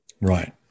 Right